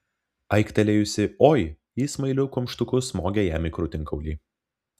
aiktelėjusi oi ji smailiu kumštuku smogė jam į krūtinkaulį